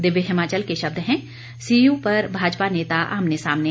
दिव्य हिमाचल के शब्द हैं सीयू पर भाजपा नेता आमने सामने